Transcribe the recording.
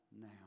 now